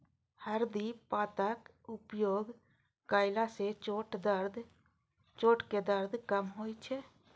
हरदि पातक उपयोग कयला सं चोटक दर्द कम होइ छै